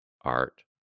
art